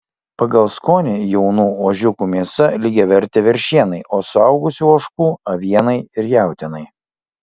pagal skonį jaunų ožiukų mėsa lygiavertė veršienai o suaugusių ožkų avienai ir jautienai